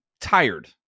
tired